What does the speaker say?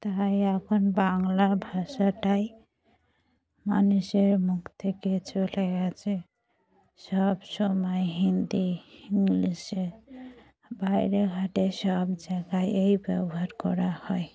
তাই এখন বাংলা ভাষাটাই মানুষের মুখ থেকে চলে গিয়েছে সবসময় হিন্দি ইংলিশে বাইরে ঘাটে সব জায়গায়েই ব্যবহার করা হয়